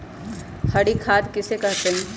हरी खाद किसे कहते हैं?